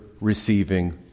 receiving